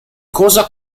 cosa